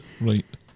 Right